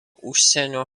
užsienio